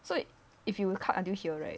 so if you will cut until here right